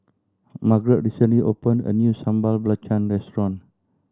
Margeret recently opened a new Sambal Belacan restaurant